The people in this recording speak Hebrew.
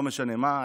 לא משנה מה,